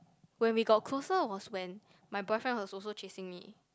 when we got close was when my boyfriend was also chasing me